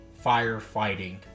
firefighting